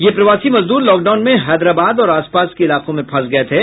ये प्रवासी मजदूर लॉकडाउन में हैदराबाद और आसपास के इलाकों में फंसे हुये थे